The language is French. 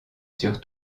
sur